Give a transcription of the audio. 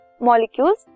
molecules